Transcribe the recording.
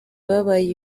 babaye